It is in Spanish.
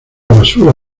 basura